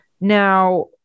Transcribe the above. Now